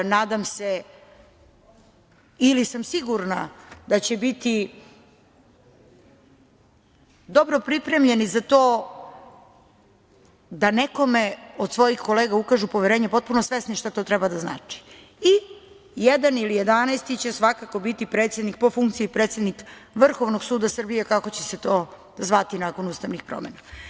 Nadam se ili sam sigurna da će biti dobro pripremljeni za to da nekome od svojih kolega ukažu poverenje, potpuno svesni šta to treba da znači i jedan ili jedanaesti će svakako biti predsednik po funkciji, predsednik Vrhovnog suda Srbije, kako će se to zvati nakon ustavnih promena.